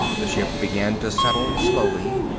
the ship began to settle slowly,